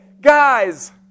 guys